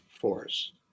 force